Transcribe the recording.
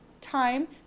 time